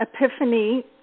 epiphany